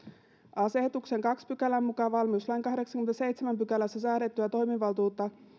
asetuksen toisen pykälän mukaan valmiuslain kahdeksannessakymmenennessäseitsemännessä pykälässä säädettyä toimivaltuutta